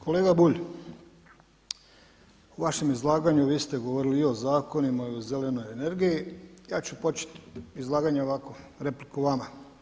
Kolega Bulj, u vašem izlaganju vi ste govorili i o zakonima i o zelenoj energiji, ja ću početi izlaganje ovako, replikom vama.